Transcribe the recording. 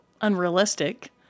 unrealistic